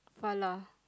Falah